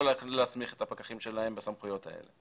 להסמיך את הפקחים שלהם בסמכויות האלה.